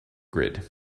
grid